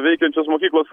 veikiančios mokyklos